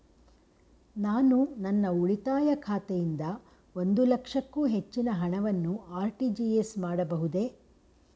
ನಾನು ನನ್ನ ಉಳಿತಾಯ ಖಾತೆಯಿಂದ ಒಂದು ಲಕ್ಷಕ್ಕೂ ಹೆಚ್ಚಿನ ಹಣವನ್ನು ಆರ್.ಟಿ.ಜಿ.ಎಸ್ ಮಾಡಬಹುದೇ?